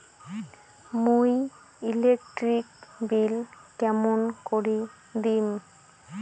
মুই electric bill কেমন করি দিম?